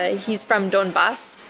ah he's from donbas.